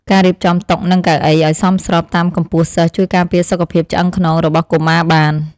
ការរៀបចំតុនិងកៅអីឱ្យសមស្របតាមកម្ពស់សិស្សជួយការពារសុខភាពឆ្អឹងខ្នងរបស់កុមារបាន។